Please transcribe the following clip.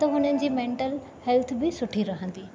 त उन्हनि जी मैंटल हैल्थ बि सुठी रहंदी